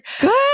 good